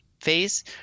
phase